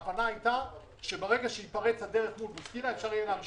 ניתנה החלטה של בית המשפט שהאיש צריך לפנות.